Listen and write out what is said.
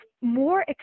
more